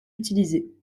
utilisé